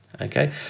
okay